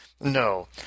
No